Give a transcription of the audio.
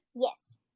Yes